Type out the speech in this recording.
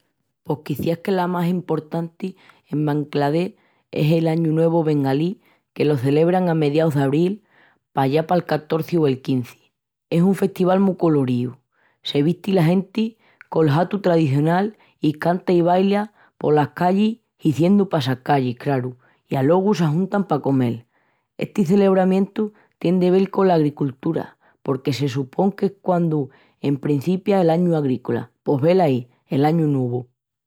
Pos quiciás que la más emportanti en Bangladesh es el añu nuevu bengalí que lo celebran a mediaus d'abril, pallá pal catorzi o el quinzi. Es un festival mu coloríu. Se visti la genti col hatu tradicional, i canta i baila polas callis, hiziendu passacallis, craru, i alogu s'ajuntan pa comel. Esti celebramientu tien de vel cola agricultura porque se supon que es quandu emprencipia l'añu agrícola. Pos velaí, l'añu nuevu!